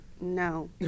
No